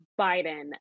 Biden